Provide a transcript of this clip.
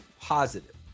positive